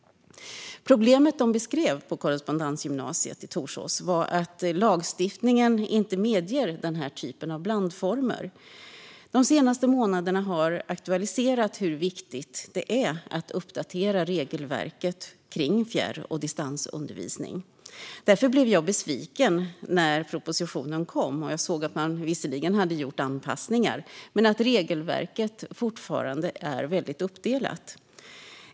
Problemet de beskrev på Korrespondensgymnasiet i Torsås var att lagstiftningen inte medger den här typen av blandformer. De senaste månaderna har aktualiserat hur viktigt det är att uppdatera regelverket kring fjärr och distansundervisning. Därför blev jag besviken när propositionen kom. Visserligen har man gjort anpassningar, men regelverket är fortfarande väldigt uppdelat.